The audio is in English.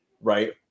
right